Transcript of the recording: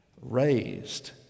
raised